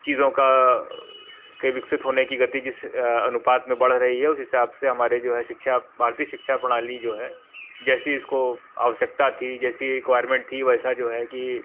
चीज़ों का के विकसित होने की गति जिस अनुपात में बढ़ रही है उस हिसाब से हमारे जो है शिक्षा भारतीय शिक्षा प्रणाली जो है जैसी इसको आवश्यकता थी जैसी रिक्वायरमेंट थी वैसा जो है कि